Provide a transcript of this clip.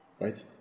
Right